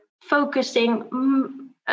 focusing